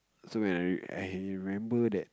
so when I I remember that